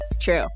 True